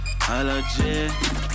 Allergy